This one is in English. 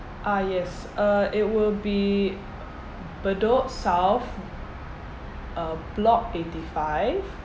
ah yes uh it will be Bedok south uh block eighty five